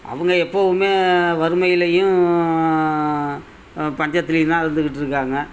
அவங்க எப்போவுமே வறுமையிலையும் பஞ்சத்துலையும் தான் அழுதுக்கிட்ருக்காங்க